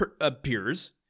appears